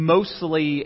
Mostly